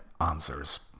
answers